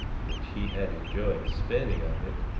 which he had enjoyed spending of it,